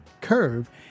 curve